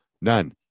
None